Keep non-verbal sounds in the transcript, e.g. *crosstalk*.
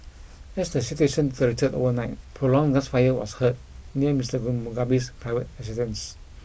as the situation *unintelligible* overnight prolonged gunfire was heard near Mister *unintelligible* Mugabe's private residence